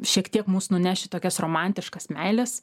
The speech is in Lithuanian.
šiek tiek mus nuneš į tokias romantiškas meilės